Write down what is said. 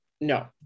No